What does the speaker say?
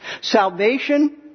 Salvation